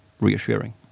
reassuring